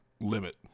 limit